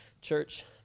Church